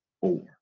four